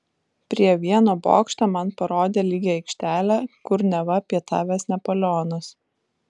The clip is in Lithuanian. prie vieno bokšto man parodė lygią aikštelę kur neva pietavęs napoleonas